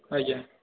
ଆଜ୍ଞା